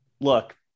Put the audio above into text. look